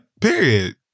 Period